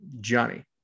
Johnny